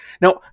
Now